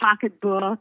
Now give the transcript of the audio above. pocketbook